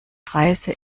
reise